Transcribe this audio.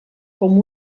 com